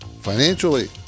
financially